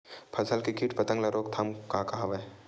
फसल के कीट पतंग के रोकथाम का का हवय?